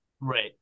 Right